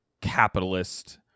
capitalist